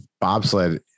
bobsled